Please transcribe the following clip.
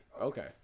Okay